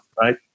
right